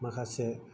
माखासे